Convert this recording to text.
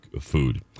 food